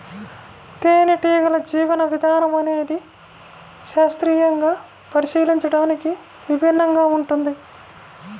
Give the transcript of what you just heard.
తేనెటీగల జీవన విధానం అనేది శాస్త్రీయంగా పరిశీలించడానికి విభిన్నంగా ఉంటుంది